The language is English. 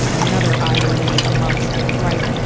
another irony amongst right.